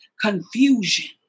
confusion